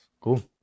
Cool